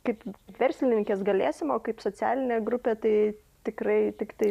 kaip verslininkės galėsim o kaip socialinė grupė tai tikrai tiktai